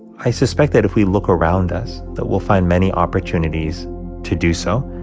i suspect that if we look around us that we'll find many opportunities to do so.